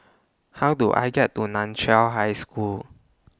How Do I get to NAN Chiau High School